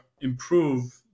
improve